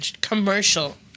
commercial